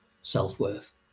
self-worth